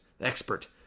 expert